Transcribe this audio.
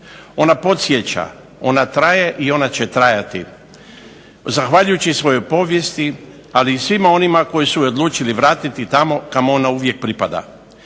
Ona podsjeća ona traje i ona će trajati. Zahvaljujući svojoj povijesti ali i svima onima koji su je odlučili vratiti tamo kamo ona uvijek pripada